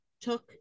took